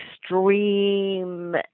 extreme